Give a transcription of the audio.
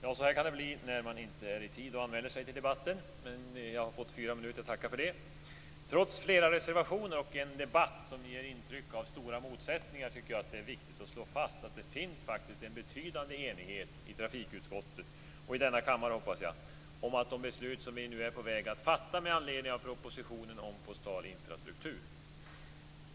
Fru talman! När man inte i tid anmäler sig till debatten blir det som det blir. Jag har i alla fall fått fyra minuters talartid och tackar för det. Trots flera reservationer och en debatt som ger intryck av stora motsättningar tycker jag att det är viktigt att slå fast att det faktiskt finns en betydande enighet i trafikutskottet och, hoppas jag, i denna kammare om de beslut som vi nu är på väg att fatta med anledning av propositionen om postal infrastruktur.